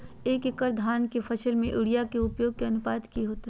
एक एकड़ धान के फसल में यूरिया के उपयोग के अनुपात की होतय?